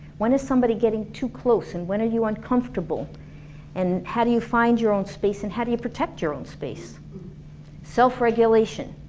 when is somebody getting too close and when are you uncomfortable and how do you find your own space and how do you protect your own space self-regulation.